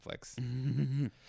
Netflix